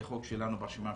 זה חוק שלנו ברשימה המשותפת,